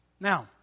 Now